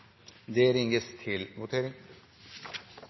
det ned til